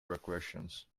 regressions